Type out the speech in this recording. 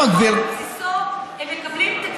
בגלל שאתה מבין את החוק,